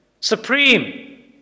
supreme